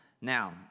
Now